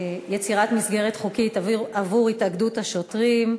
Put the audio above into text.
יצירת מסגרת חוקית עבור התאגדות השוטרים,